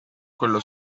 quello